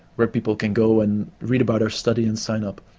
where people can go and read about our study and sign up.